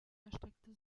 erstreckte